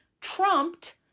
trumped